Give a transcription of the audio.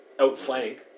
outflank